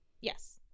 yes